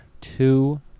Two